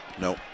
No